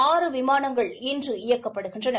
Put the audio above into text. ஆறு விமானங்கள் இன்று இயக்கப்படுகின்றன